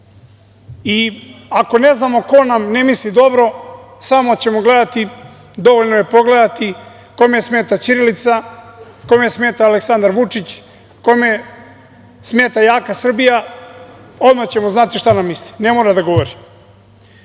Ako ne znamo ko nam ne misli dobro, samo ćemo gledati, dovoljno je pogledati kome smeta ćirilica, kome smeta Aleksandar Vučić, kome smeta jaka Srbija, odmah ćemo znati šta nam misli, ne mora da govori.„Piši